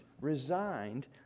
resigned